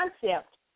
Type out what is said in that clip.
concept